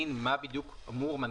כמו שאנחנו קוראים לו.